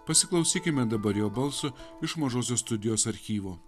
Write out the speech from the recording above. pasiklausykime dabar jo balso iš mažosios studijos archyvo